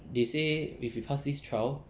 they say if you pass this trial